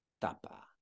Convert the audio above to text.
tapa